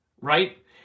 right